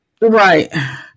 Right